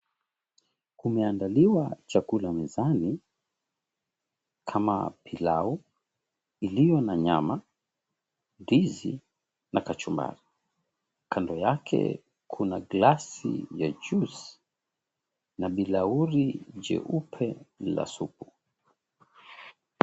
Kumeandaliwa chakula mezani, kama pilau iliyo na nyama, ndizi, na kachumbari. Kando yake kuna glasi ya juisi na bilauri jeupe la supu.